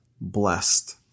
blessed